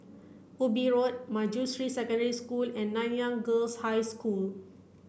Ubi Road Manjusri Secondary School and Nanyang Girls' High School